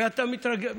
ואתה מתרגל.